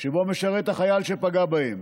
שבו משרת החייל שפגע בהם.